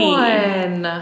one